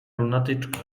lunatyczka